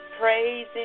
praising